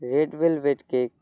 red velvet cake